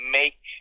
make